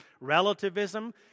relativism